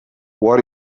what